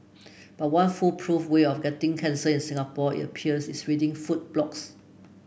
but one foolproof way of getting cancer in Singapore it appears is reading food blogs